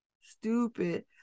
Stupid